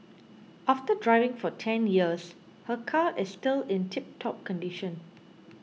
after driving for ten years her car is still in tiptop condition